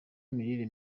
imirire